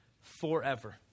forever